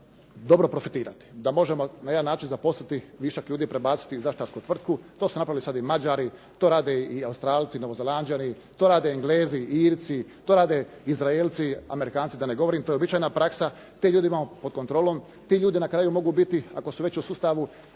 mi možemo dobro profitirati, da možemo na jedan način zaposliti, višak ljudi prebaciti u zaštitarsku tvrtku. To su napravili sad i Mađari. To rade i Australci, Novozelanđani. To rade Englezi, Irci. To rade Izraelci, Amerikanci da ne govorim. To je uobičajena praksa. Te ljude imamo pod kontrolom. Ti ljudi na kraju mogu biti ako su već u sustavu